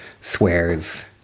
swears